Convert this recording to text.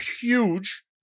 huge